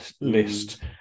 list